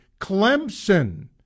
Clemson